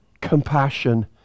compassion